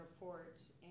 reports